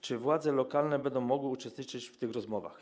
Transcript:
Czy władze lokalne będą mogły uczestniczyć w tych rozmowach?